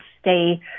stay